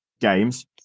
games